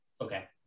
Okay